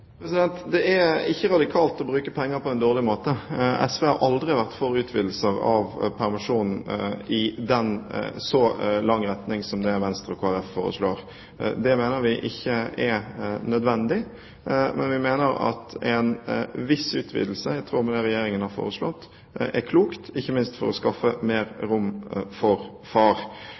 Det er ikke radikalt å bruke penger på en dårlig måte. SV har aldri vært for utvidelse av permisjonen så langt som Venstre og Kristelig Folkeparti foreslår. Det mener vi ikke er nødvendig. Men vi mener at en viss utvidelse, i tråd med det Regjeringen har foreslått, er klokt, ikke minst for å skaffe mer rom for far.